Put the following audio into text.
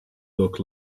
look